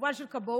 כמובן של כבאות,